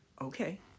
okay